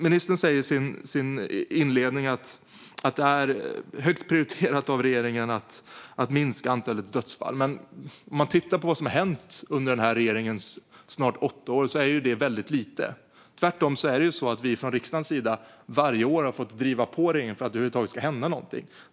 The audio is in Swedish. Ministern sa i sin inledning att det är högt prioriterat av regeringen att minska antalet dödsfall, men under regeringens snart åtta år har det hänt väldigt lite. Tvärtom har vi från riksdagens sida varje år fått driva på regeringen för att det över huvud taget ska hända något.